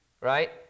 right